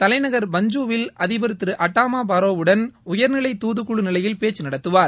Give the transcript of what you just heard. தலைநகர் பஞ்ஜுவில் அதிபர் திரு அடாமா பாரோவுடன் உயர்நிலை துதுக்குழு நிலையில் பேச்சு நடத்துவார்